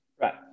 Right